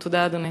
תודה, אדוני.